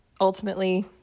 ultimately